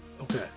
Okay